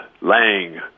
Lang